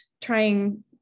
trying